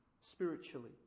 spiritually